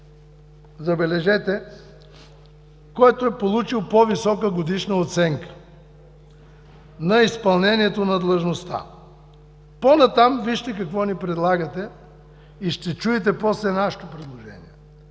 забележете, който е получил по-висока годишна оценка на изпълнението на длъжността. По-натам, вижте какво ни предлагате, и ще чуете после нашето предложение: